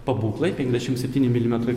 pabūklai penkiasdešimt septyni milimetrai